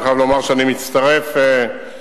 אני חייב לומר שאני מצטרף לתשובה,